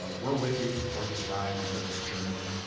ah we're with you for this ride and for this journey.